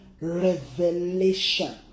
revelation